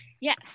Yes